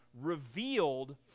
revealed